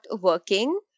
working